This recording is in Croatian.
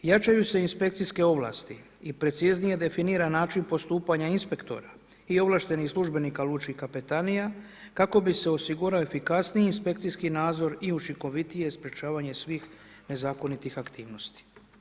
Jačaju se inspekcijske ovlasti i preciznije definira način postupanja inspektora i ovlaštenih službenika lučkih kapetanija kako bi se osigurao efikasniji inspekcijski nadzor i učinkovitije sprječavanje svih nezakonitih aktivnosti.